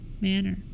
manner